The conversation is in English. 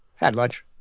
at lunch